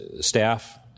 staff